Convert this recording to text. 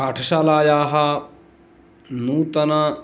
पाठशालायाः नूतन